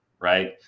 right